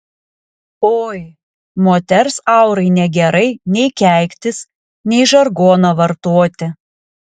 oi moters aurai negerai nei keiktis nei žargoną vartoti